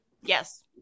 Yes